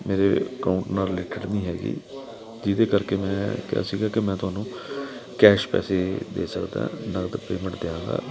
ਮੇਰੇ ਅਕਾਊਂਟ ਨਾਲ ਰਿਲੇਟਡ ਨਹੀਂ ਹੈਗੀ ਜਿਹਦੇ ਕਰਕੇ ਮੈਂ ਕਿਹਾ ਸੀਗਾ ਕਿ ਮੈਂ ਤੁਹਾਨੂੰ ਕੈਸ਼ ਪੈਸੇ ਦੇ ਸਕਦਾ ਨਗਦ ਪੇਮੈਂਟ ਦਿਆਂਗਾ